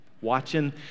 watching